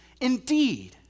indeed